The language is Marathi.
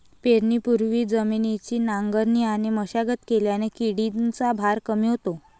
पेरणीपूर्वी जमिनीची नांगरणी आणि मशागत केल्याने किडीचा भार कमी होतो